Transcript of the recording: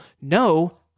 No